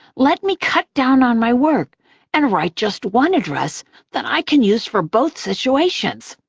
let me cut down on my work and write just one address that i can use for both situations.